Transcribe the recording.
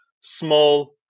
small